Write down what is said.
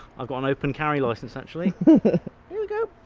i've got an open carry license actually. there we go!